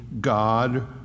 God